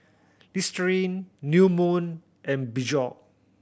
Listerine New Moon and Peugeot